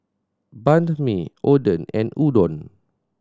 Banh Mi Oden and Udon